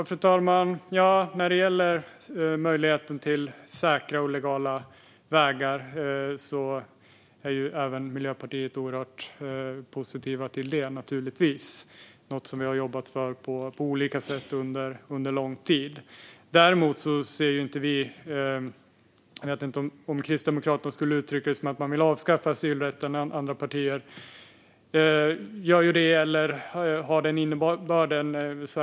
Fru talman! Även Miljöpartiet är givetvis oerhört positiva till säkra och legala vägar. Det är något som vi har jobbat för på olika sätt under lång tid. Jag vet inte om Kristdemokraterna skulle uttrycka det som att de vill avskaffa asylrätten, men Sverigedemokraternas och Moderaternas uttalanden har den innebörden.